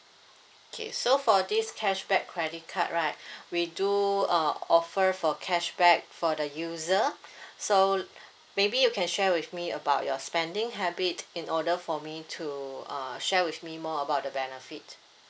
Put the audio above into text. okay so for this cashback credit card right we do uh offer for cashback for the user so maybe you can share with me about your spending habit in order for me to uh share with me more about the benefit